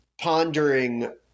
pondering